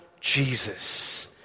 Jesus